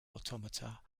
automata